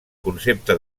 concepte